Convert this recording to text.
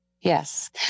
yes